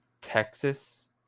Texas